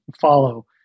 follow